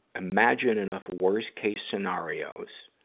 imagine enough worse-case scenarios,